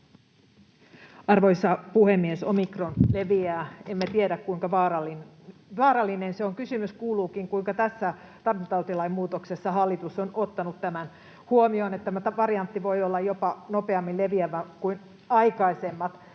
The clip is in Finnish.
Arvoisa puhemies! Omikron leviää, emme tiedä, kuinka vaarallinen se on. Kysymys kuuluukin, kuinka tässä tartuntatautilain muutoksessa hallitus on ottanut tämän huomioon, että tämä variantti voi olla jopa nopeammin leviävä kuin aikaisemmat.